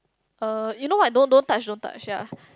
uh you know what don't don't touch don't touch ya